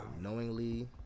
knowingly